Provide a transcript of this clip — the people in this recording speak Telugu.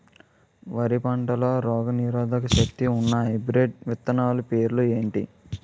వరి పంటలో రోగనిరోదక శక్తి ఉన్న హైబ్రిడ్ విత్తనాలు పేర్లు ఏంటి?